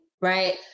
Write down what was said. right